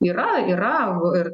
yra yra ir